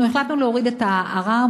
אנחנו החלטנו להוריד את הערר,